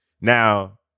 Now